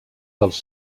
dels